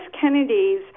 Kennedy's